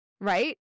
right